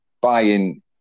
Buying